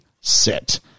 sit